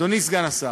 אדוני סגן השר,